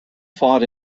fought